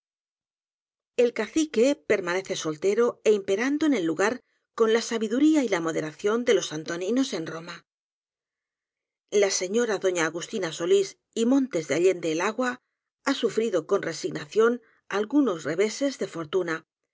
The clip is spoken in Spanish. el cacique permanece soltero é imperando en el lugar con la sabiduría y la moderación de los antoninos en roma la señora doña agustina solís y montes de allende el agua ha sufrido con resignación algu nos reveses de fortuna